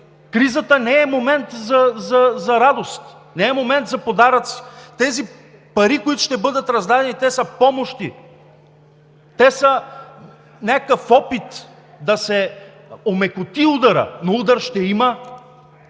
Кризата не е момент за радост, не е момент за подаръци! Тези пари, които ще бъдат раздадени, те са помощи, те са някакъв опит да се омекоти ударът, но удар ще има.